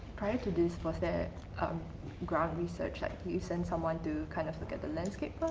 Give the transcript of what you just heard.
prior to this, was there um ground research, that you send someone to kind of look at the landscape